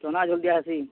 ଚନା ଜଲ୍ଦି ଆଏସି